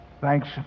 Thanks